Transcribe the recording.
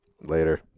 Later